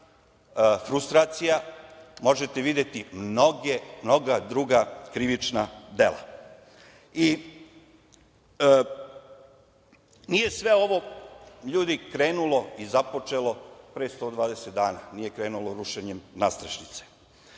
frustracija možete videti mnoga druga krivična dela. Nije sve ovo krenulo i započelo pre 120 dana, nije krenulo rušenjem nadstrešnice.